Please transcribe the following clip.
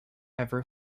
ever